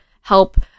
help